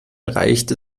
reicht